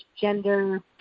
gender